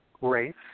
race